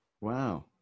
wow